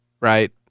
right